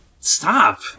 Stop